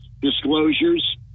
disclosures